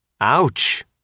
Ouch